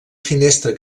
finestra